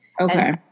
Okay